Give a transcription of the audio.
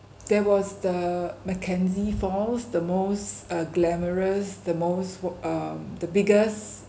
there was the mackenzie falls the most uh glamorous the most uh the biggest